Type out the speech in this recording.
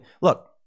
look